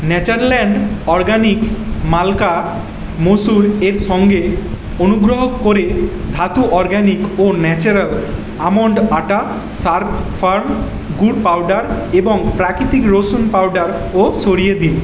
Natureland organics মালকা মুসুরের সঙ্গে অনুগ্রহ করে ধাতু অরগ্যানিক ও ন্যাচারাল আমন্ড আটা শার্প ফার্ম গুড় পাউডার এবং প্রাকৃতিক রসুন পাউডারও সরিয়ে দিন